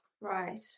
Right